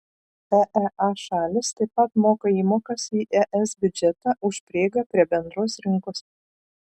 eea šalys taip pat moka įmokas į es biudžetą už prieigą prie bendros rinkos